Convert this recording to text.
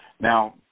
Now